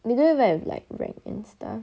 they don't even have like rag and stuff